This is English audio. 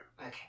Okay